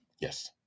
Yes